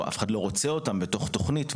או אף אחד לא רוצה אותם בתוך תוכנית,